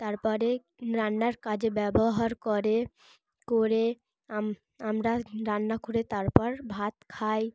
তারপরে রান্নার কাজে ব্যবহার করে করে আম আমরা রান্না করে তারপর ভাত খাই